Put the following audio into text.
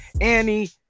Annie